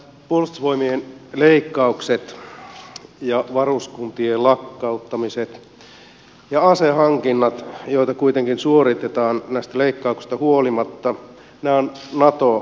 puolustusvoimien leikkaukset ja varuskuntien lakkauttamiset ja asehankinnat joita kuitenkin suoritetaan näistä leikkauksista huolimatta ovat nato yhteensopivia